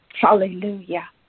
Hallelujah